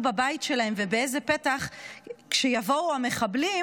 בבית שלהם ובאיזה פתח כשיבואו המחבלים,